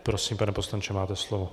Prosím, pane poslanče, máte slovo.